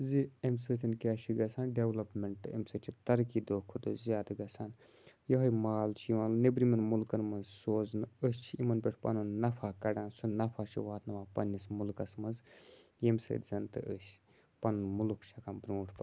زِ اَمہِ سۭتۍ کیٛاہ چھِ گژھان ڈٮ۪ولَپمٮ۪نٛٹ اَمہِ سۭتۍ چھِ ترقی دۄہ کھۄتہٕ دۄہ زیادٕ گژھان یِہٕے مال چھِ یِوان نیٚبرِمٮ۪ن مُلکَن منٛز سوزنہٕ أسۍ چھِ یِمَن پٮ۪ٹھ پَںُن نفع کَڑان سُہ نفع چھِ واتناوان پنٛنِس مُلکَس منٛز ییٚمہِ سۭتۍ زَن تہٕ أسۍ پَنُن ملک چھِ ہٮ۪کان بروںٛٹھ پہ